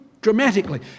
dramatically